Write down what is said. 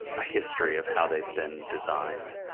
a history of how they've been designed.